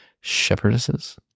Shepherdesses